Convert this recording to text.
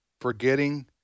forgetting